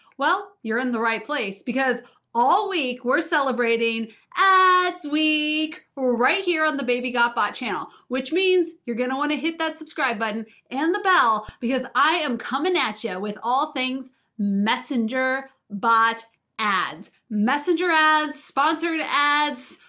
well, you're in the right place, because all week, we're celebrating ads week, right here on the baby got bot channel. which means you're going to want to hit that subscribe button and the bell because i am coming at you yeah with all things messenger bot ads. messenger ads, sponsored ads,